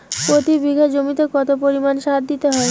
প্রতি বিঘা জমিতে কত পরিমাণ সার দিতে হয়?